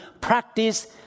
practice